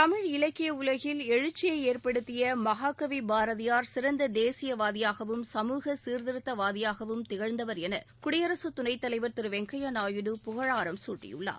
தமிழ் இலக்கிய உலகில் எழுச்சியை ஏற்படுத்திய மகாகவி பாரதியார் சிறந்த தேசியவாதியாகவும் சமூக சீர்திருத்தவாதியாகவும் திகழ்ந்தவர் என குடியரசு துணைத் தலைவர் திரு வெங்கப்ய நாயுடு புகழாரம் சூட்டியுள்ளார்